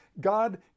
god